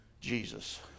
jesus